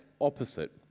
opposite